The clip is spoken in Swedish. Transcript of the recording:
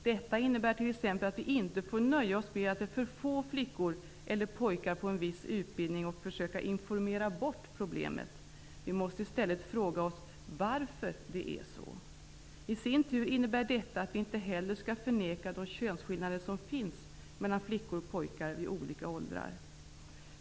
Detta innebär t.ex. att vi inte får nöja oss med att det är för få flickor eller pojkar på en viss utbildning och försöka ''informera bort'' problemet. Vi måste i stället fråga oss varför det är så. I sin tur innebär detta att vi inte heller skall förneka de könsskillnader som finns mellan flickor och pojkar i olika åldrar.